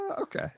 Okay